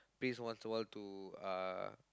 prays once a while to uh